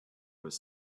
was